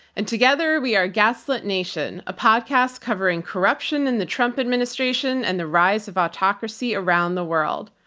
and together we are gaslit nation, a podcast covering corruption in the trump administration and the rise of autocracy around the world.